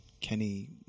Kenny